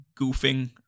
goofing